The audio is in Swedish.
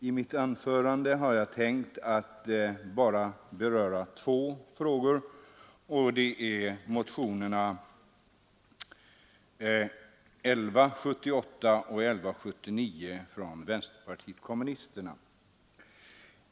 I mitt anförande har jag tänkt beröra endast två frågor, nämligen de som tas upp i motionerna 1178 och 1179 från vänsterpartiet kommunisterna.